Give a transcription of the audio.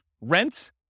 rent